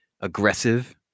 aggressive